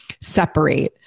separate